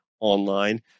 online